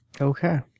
Okay